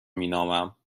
مینامم